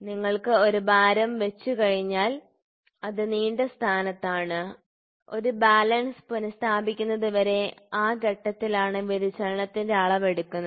നിങ്ങൾ ഒരു ഭാരം വച്ചുകഴിഞ്ഞാൽ അത് നീണ്ട സ്ഥാനത്താണ് ഒരു ബാലൻസ് പുനസ്ഥാപിക്കുന്നതുവരെ ആ ഘട്ടത്തിലാണ് വ്യതിചലനത്തിന്റെ അളവ് എടുക്കുന്നത്